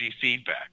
feedback